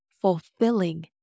fulfilling